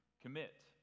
commit